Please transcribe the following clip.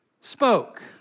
spoke